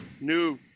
new